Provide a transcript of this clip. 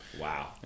Wow